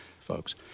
folks